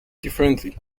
differently